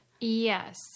Yes